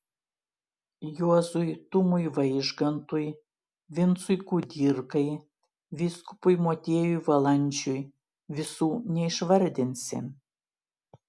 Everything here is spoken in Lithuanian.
juozui tumui vaižgantui vincui kudirkai vyskupui motiejui valančiui visų neišvardinsi